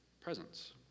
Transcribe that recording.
presence